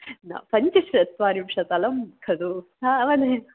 न पञ्चचत्वारिंशत् अलं खलु तावदेव